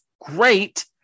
great